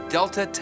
Delta